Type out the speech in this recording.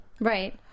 Right